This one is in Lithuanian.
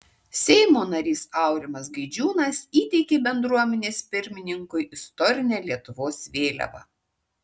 seimo narys aurimas gaidžiūnas įteikė bendruomenės pirmininkui istorinę lietuvos vėliavą